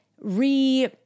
re-